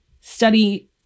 study